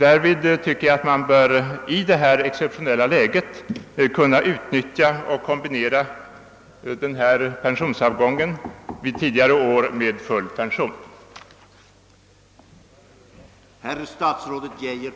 Jag anser att man i detta exceptionella fall då bör kunna tillåta en pensionsavgång med full pension vid den s.k. lägre pensionsåldern.